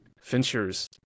fincher's